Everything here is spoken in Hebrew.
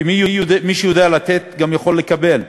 כי מי שיודע לתת גם יכול לקבל,